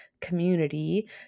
community